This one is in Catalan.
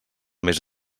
més